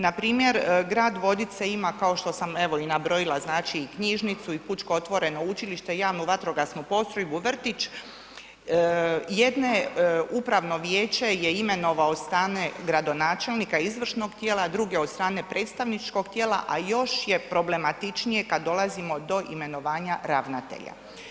Npr. grad Vodice ima kao što sam evo i nabrojila znači knjižnicu, i pučko otvoreno učilište i javnu vatrogasnu postrojbu, vrtić, jedno upravno vijeće je imenovano od strane gradonačelnika izvršnog tijela a druge od strane predstavničkog tijela a još je problematičnije do imenovanja ravnatelja.